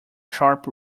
sharp